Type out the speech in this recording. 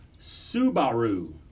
Subaru